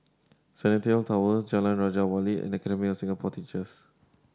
Centennial Tower Jalan Raja Wali and Academy of Singapore Teachers